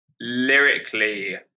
Lyrically